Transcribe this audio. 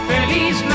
Feliz